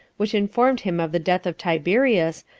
which informed him of the death of tiberius,